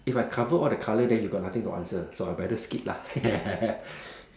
if I cover all the colour then you got nothing to answer so I better skip lah